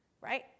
right